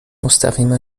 مستقیما